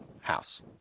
house